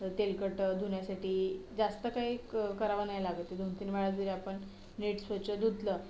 तेलकट धुण्यासाठी जास्त काही क करावं नाही लागत ते दोन तीन वेळा जरी आपण नीट स्वच्छ धुतलं